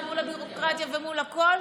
מול הביורוקרטיה ומול הכול,